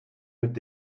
mit